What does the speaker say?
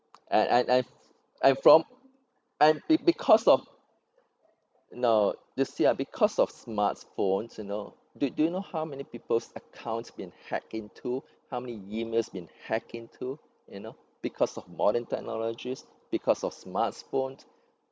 and and and and from and be because of you know you see ah because of smartphones you know do do you know how many people's accounts been hacked into how many emails been hack into you know because of modern technologies because of smartphone